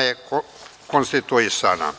je konstituisana.